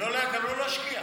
גם לא להשקיע.